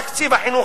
תקציב החינוך,